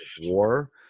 war